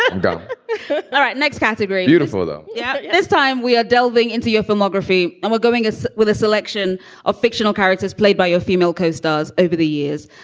ah and all right. next category. beautiful, though. yeah this time we are delving into your filmography. i'm going with with a selection of fictional characters played by your female co-stars over the years.